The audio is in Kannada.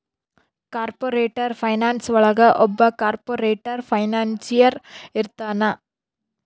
ಕಾರ್ಪೊರೇಟರ್ ಫೈನಾನ್ಸ್ ಒಳಗ ಒಬ್ಬ ಕಾರ್ಪೊರೇಟರ್ ಫೈನಾನ್ಸಿಯರ್ ಇರ್ತಾನ